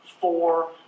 four